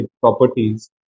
properties